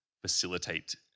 facilitate